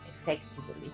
effectively